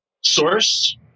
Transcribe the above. source